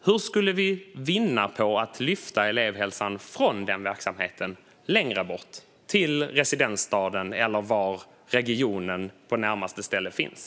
Hur skulle vi vinna på ett lyfta elevhälsan från denna verksamhet och längre bort, till residensstaden eller till närmaste ställe där regionen finns?